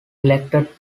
elected